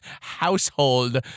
household